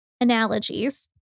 analogies